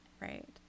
right